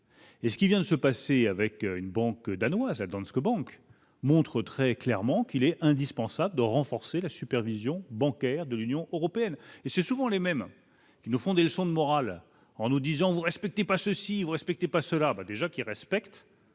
Et ce qui vient de se passer avec une banque danoise attendent ce que Bank montre très clairement qu'il est indispensable de renforcer la supervision bancaire de l'Union européenne et c'est souvent les mêmes qui nous font des leçons de morale en nous disant vous respectez pas ceci vous respectez pas cela va